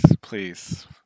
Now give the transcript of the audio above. please